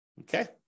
Okay